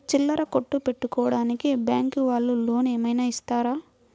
చిల్లర కొట్టు పెట్టుకోడానికి బ్యాంకు వాళ్ళు లోన్ ఏమైనా ఇస్తారా?